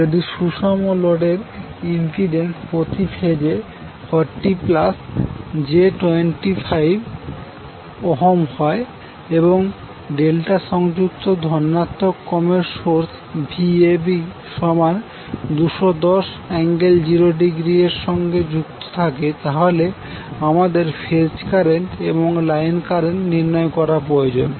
যদি সুষম লোডের ইম্পিড্যান্স প্রতি ফেজে 40j25হয় এবং ডেল্টা সংযুক্ত ধনাত্মক ক্রমের সোর্স Vab210∠0° এর সঙ্গে যুক্ত থাকে তাহলে আমাদের ফেজ কারেন্ট এবং লাইন কারেন্ট নির্ণয় করার প্রয়োজন